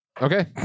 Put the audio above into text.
Okay